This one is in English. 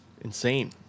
insane